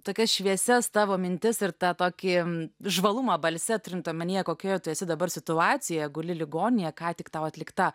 tokias šviesias tavo mintis ir tą tokį žvalumą balse turint omenyje kokioje tu esi dabar situacijoje guli ligoninėje ką tik tau atlikta